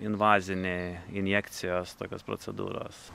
invazinė injekcijos tokios procedūros